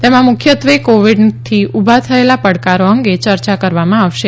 તેમાં મુખ્યત્વે કોવિડથી ઉભા થયેલા પડકારો અંગે ચર્ચા કરવામાં આવશે